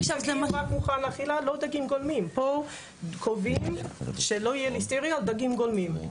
פה קובעים שלא יהיה ליסטריה בדגים גולמיים.